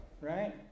right